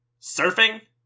Surfing